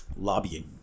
Lobbying